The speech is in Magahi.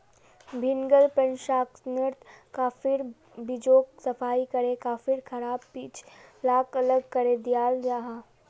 भीन्गाल प्रशंस्कर्नोत काफिर बीजोक सफाई करे काफिर खराब बीज लाक अलग करे दियाल जाहा